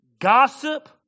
Gossip